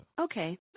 Okay